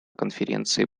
конференции